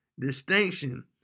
Distinction